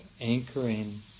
anchoring